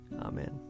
Amen